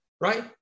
right